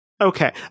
Okay